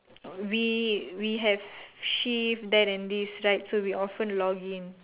we we have shift that and this right so we often login